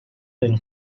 been